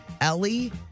Ellie